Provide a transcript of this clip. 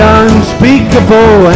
unspeakable